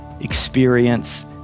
experience